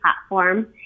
platform